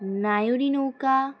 নায়রি নৌকা